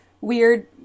weird